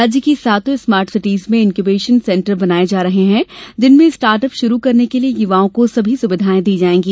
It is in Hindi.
राज्य की सातो स्मार्टसिटी में इन्क्यूवेशन सेण्टर बनाये जा रहे हैं जिनमें स्टार्ट अप शुरू करने के लिए युवाओं को सभी सुविधायें दी जायेंगी